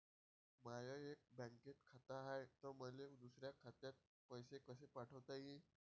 माय एका बँकेत खात हाय, त मले दुसऱ्या खात्यात पैसे कसे पाठवता येईन?